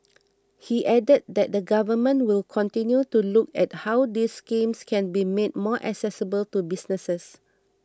he added that the Government will continue to look at how these schemes can be made more accessible to businesses